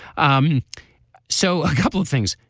um so a couple of things.